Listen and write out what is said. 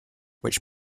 which